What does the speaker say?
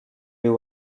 you